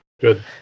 Good